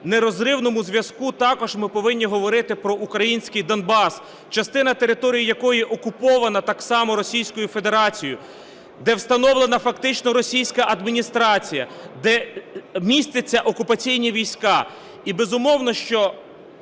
нерозривному зв'язку також ми повинні говорити про український Донбас, частина території якого окупована так само Російською Федерацією, де встановлена фактично російська адміністрація, де містяться окупаційні війська.